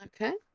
Okay